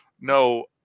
no